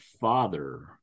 father